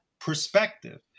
perspective